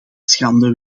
schande